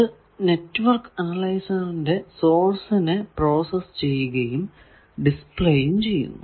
അത് നെറ്റ്വർക്ക് അനലൈസറിന്റെ സോഴ്സിനെ പ്രോസസ്സ് ചെയ്യുകയും ഡിസ്പ്ലേ ചെയ്യുകയും ചെയ്യുന്നു